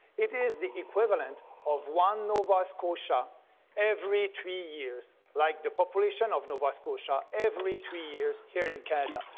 it is the equivalent of one nova scotia every three years, like the population of nova scotia every three years here in canada.